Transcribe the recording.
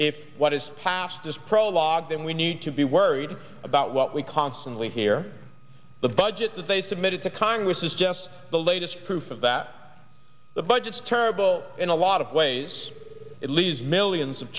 if what is past is prologue then we need to be worried about what we constantly hear the budget that they submitted to congress is just the latest proof of that the budgets terrible in a lot of ways it leaves millions of